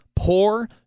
poor